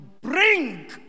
bring